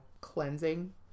cleansing